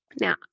Now